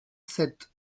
sept